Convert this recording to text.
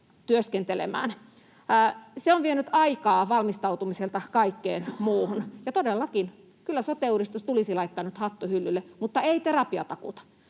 Se on vienyt aikaa valmistautumiselta kaikkeen muuhun. Ja todellakin, kyllä sote-uudistus tulisi laittaa nyt hattuhyllylle, mutta ei terapiatakuuta,